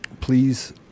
please